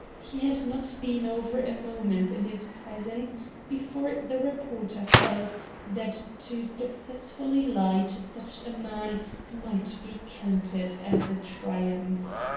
he had not been over a moment in his presence before the reporter felt that to successfully lie to such a man might be counted as a triumph.